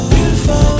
Beautiful